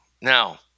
Now